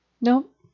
Nope